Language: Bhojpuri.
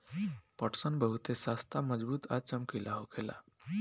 पटसन बहुते सस्ता मजबूत आ चमकीला होखेला